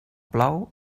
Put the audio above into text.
plou